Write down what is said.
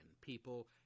People